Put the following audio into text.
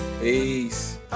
Peace